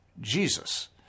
Jesus